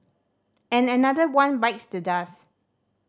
and another one bites the dust